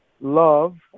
love